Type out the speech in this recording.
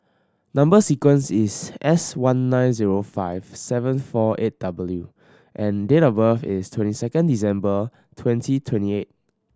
number sequence is S one nine zero five seven four eight W and date of birth is twenty second December twenty twenty eight